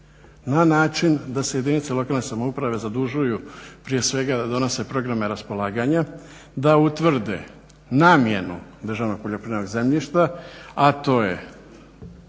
na način da se jedinice lokalne samouprave zadužuju prije svega da donose programe raspolaganja, da utvrde namjenu državnog poljoprivrednog zemljišta a to je